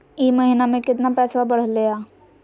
ई महीना मे कतना पैसवा बढ़लेया?